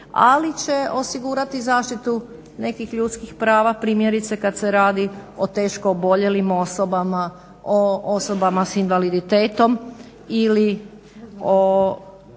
Ali će osigurati zaštitu nekih ljudskih prava primjerice kad se radi o teško oboljelim osobama, o osobama sa invaliditetom ili o,